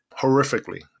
horrifically